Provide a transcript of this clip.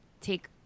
take